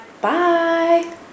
Bye